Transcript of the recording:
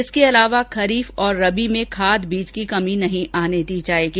इसके अलावा खरीफ और रबी में खाद बीज की कमी नहीं आने दी जाएगी